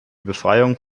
befreiung